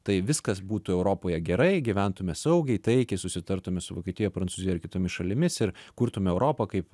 tai viskas būtų europoje gerai gyventume saugiai taikiai susitartume su vokietija prancūzija ir kitomis šalimis ir kurtume europą kaip